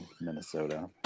minnesota